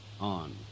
On